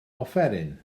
offeryn